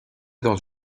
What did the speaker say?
dans